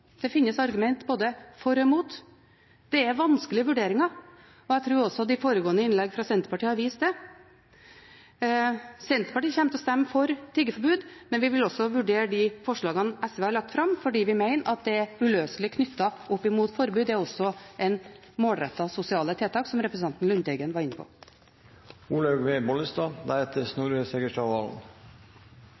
Det finnes argumenter både for og mot. Det er vanskelige vurderinger, og jeg tror også de foregående innlegg fra Senterpartiet har vist det. Senterpartiet kommer til å stemme for tiggeforbud, men vi vil også vurdere de forslagene SV har lagt fram, fordi vi mener at målrettede sosiale tiltak er uløselig knyttet opp mot forbud, som representanten Lundteigen var inne